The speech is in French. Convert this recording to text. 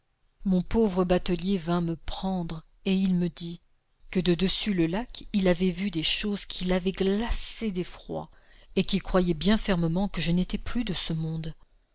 mon pauvre batelier vint me prendre et il me dit que de dessus le lac il avait vu des choses qui l'avaient glacé d'effroi et qu'il croyait bien fermement que je n'étais plus de ce monde